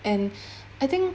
and I think